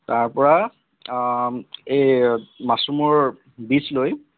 তাৰ পৰা এই মাশ্বৰুমৰ বীজ লৈ